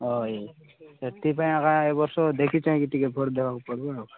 ହଁ ସେଥିପାଇଁ ଏକା ଏବର୍ଷ ଦେଖି ଚାହିଁକି ଟିକେ ଭୋଟ୍ ଦେବାକୁ ପଡ଼ିବ ଆଉ